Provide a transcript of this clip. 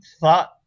thought